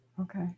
Okay